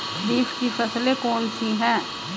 खरीफ की फसलें कौन कौन सी हैं?